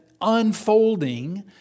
unfolding